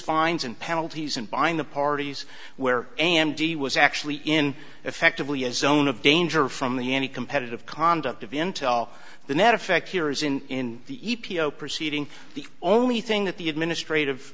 fines and penalties and bind the parties where a m d was actually in effectively as zone of danger from the any competitive conduct of intel the net effect here is in the e p o proceeding the only thing that the administrative